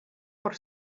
por